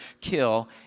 kill